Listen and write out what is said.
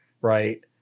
right